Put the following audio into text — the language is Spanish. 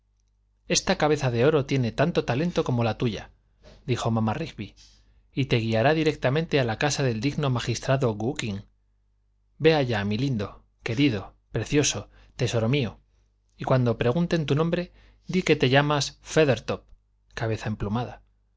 esta cabeza de oro tiene tanto talento como la tuya dijo mamá rigby y te guiará directamente a la casa del digno magistrado gookin ve allá mi lindo querido precioso tesoro mío y cuando pregunten tu nombre di que te llamas